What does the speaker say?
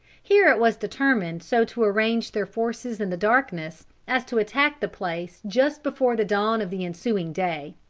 here it was determined so to arrange their forces in the darkness, as to attack the place just before the dawn of the ensuing day.